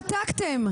שתקתם.